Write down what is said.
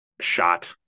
shot